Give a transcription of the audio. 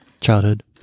childhood